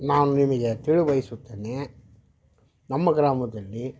ನಾನು ನಿಮಗೆ ತಿಳಿಯಬಯಸುತ್ತೆನೆ ನಮ್ಮ ಗ್ರಾಮದಲ್ಲಿ